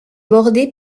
bordée